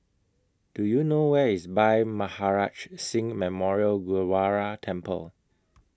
Do YOU know Where IS Bhai Maharaj Singh Memorial Gurdwara Temple